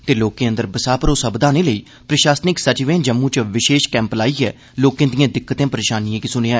ते लोकें अंदर बसाह भरोसा बदाने लेई प्रशासनिक सचिवें जम्म् च विशेष कैम्प लाइयै लोकें दियें दिक्कतें परेशानियें गी सनेया